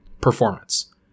performance